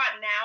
now